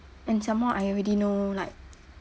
and some more I already know like